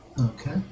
Okay